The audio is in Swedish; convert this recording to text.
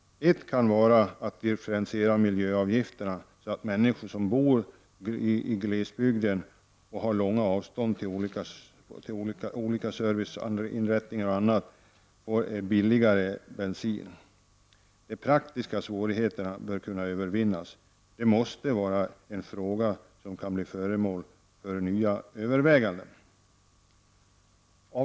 Ett kan vara att differentiera miljöavgifterna så att människor som bor i glesbygden och har långa avstånd till olika slag av service får tillgång till billigare bensin. De praktiska svårighe terna bör övervinnas. Det måste vara en fråga som kan bli föremål för nya överväganden. Herr talman!